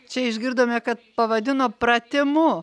čia išgirdome kad pavadino pratimu